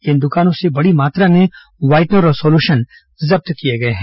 इन दुकानों से बड़ी मात्रा में वाइटनर और सोलुशन जब्त किए गए हैं